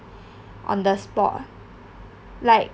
on the spot like